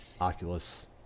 Oculus